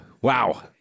Wow